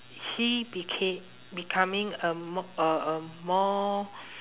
he beca~ becoming a mo~ a a more